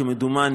כמדומני,